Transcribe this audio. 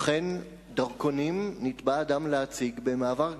אכן, דרכונים נתבע אדם להציג במעבר גבול.